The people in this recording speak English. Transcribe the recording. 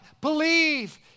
Believe